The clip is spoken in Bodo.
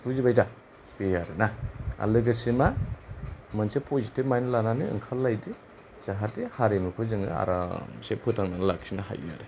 बुजि बायदा बे आरोना आरो लोगोसे मा मोनसे पजिटिभ माइन्द लानानै ओंखारलायदो जाहाथे हारिमुखौ जोङो आरामसे फोथांनानै लाखिनो हायो आरो